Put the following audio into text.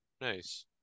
Nice